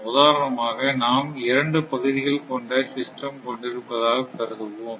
உதாரணமாக நாம் இரண்டு பகுதிகள் கொண்ட சிஸ்டம் கொண்டிருப்பதாக கருதுவோம்